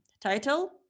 title